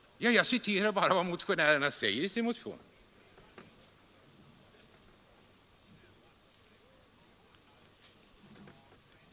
Jag citerar bara vad motionärerna säger i sin motion.